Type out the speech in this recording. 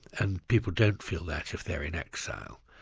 and people don't feel that if they're in exile.